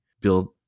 build